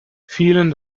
vielen